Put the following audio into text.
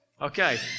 Okay